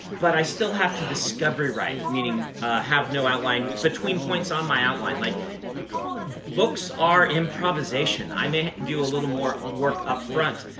but i still have to discovery write, meaning have no outline, between points on my outline. like books are improvisation. i may do a little more work up up front,